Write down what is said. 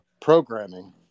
programming